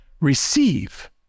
Receive